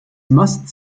must